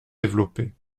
développés